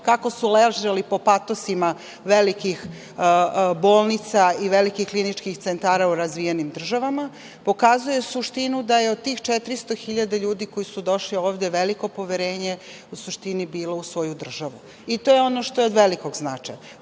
kako su ležali po patosima velikih bolnica i velikih kliničkih centara u razvijenim državama, pokazuje suštinu – da je od 400.000 ljudi koji su došli ovde veliko poverenje u suštini bilo u svoju državu. To je ono što je od velikog značaja.S